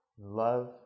love